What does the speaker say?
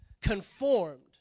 conformed